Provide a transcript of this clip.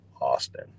Austin